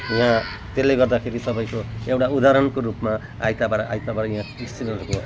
यहाँ त्यसले गर्दाखेरि तपाईँको एउटा उदाहरणको रूपमा आइतबार आइतबार यहाँ क्रिस्चियनहरूको